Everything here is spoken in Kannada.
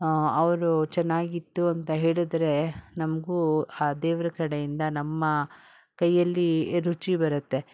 ಅವರು ಚೆನ್ನಾಗಿತ್ತು ಅಂತ ಹೇಳಿದರೆ ನಮಗೂ ಆ ದೇವ್ರ ಕಡೆಯಿಂದ ನಮ್ಮ ಕೈಯಲ್ಲಿ ರುಚಿ ಬರುತ್ತೆ